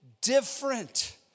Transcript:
different